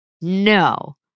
no